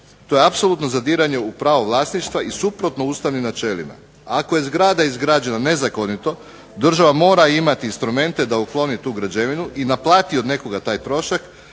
to je apsolutno zadiranje u pravo vlasništva i suprotno ustavnim načelima. A ako je zgrada izgrađena nezakonito država mora imati instrumente da ukloni tu građevinu i naplati od nekoga taj trošak